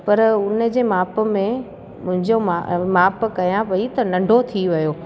पर हुन जे माप में मुंहिंजो माप कयां पई त नंढो थी वियो